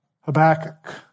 Habakkuk